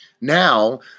Now